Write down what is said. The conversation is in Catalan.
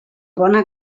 bona